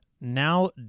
Now